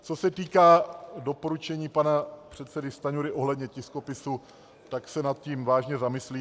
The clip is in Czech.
Co se týká doporučení pana předsedy Stanjury ohledně tiskopisů, tak se nad tím vážně zamyslím.